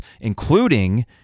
including